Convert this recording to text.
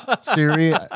Siri